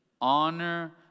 honor